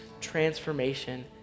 transformation